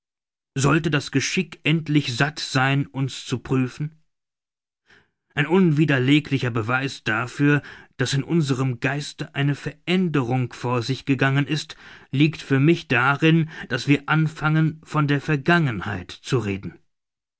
sollte das geschick endlich satt sein uns zu prüfen ein unwiderleglicher beweis dafür daß in unserem geiste eine veränderung vor sich gegangen ist liegt für mich darin daß wir anfangen von der vergangenheit zu reden